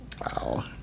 Wow